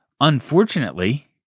Unfortunately